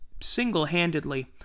single-handedly